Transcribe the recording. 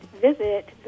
visit